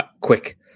Quick